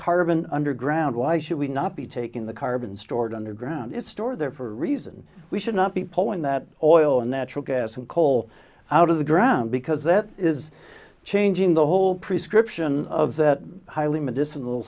carbon underground why should we not be taking the carbon stored underground it's stored there for a reason we should not be pulling that oil and natural gas and coal out of the ground because it is changing the whole priest grip ssion of that highly medicinal